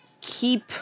keep